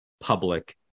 public